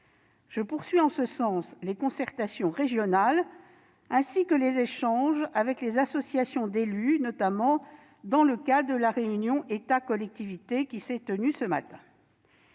Je poursuis en ce sens les concertations régionales ainsi que les échanges avec les associations d'élus, notamment dans le cadre de la réunion entre l'État et les collectivités locales qui s'est tenue ce matin.